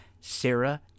Sarah